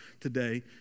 today